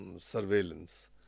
surveillance